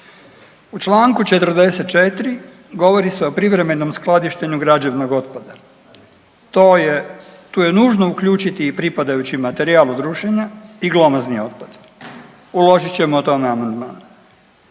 U čl. 44. govori se o privremenom skladištenju građevnog otpada. Tu je nužno priključiti i pripadajući materijal od rušenja i glomazni otpad. Uložit ćemo o tome amandman.